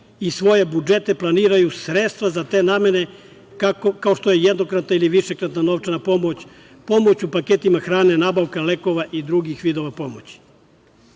iz svojih budžeta planiraju sredstva za te namene kao što je jednokratna ili višekratna novčana pomoć, pomoć u paketima hrane, nabavka lekova i drugih vidova